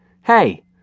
Hey